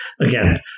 Again